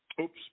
Oops